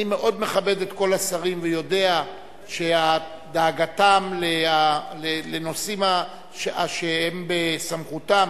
אני מאוד מכבד את כל השרים ויודע שדאגתם לנושאים שהם בסמכותם